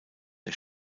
der